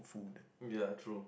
food